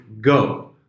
go